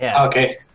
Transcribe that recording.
Okay